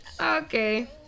Okay